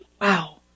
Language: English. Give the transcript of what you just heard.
Wow